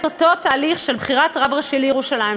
אותו תהליך של בחירת רב ראשי לירושלים,